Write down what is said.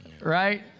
right